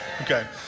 Okay